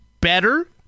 better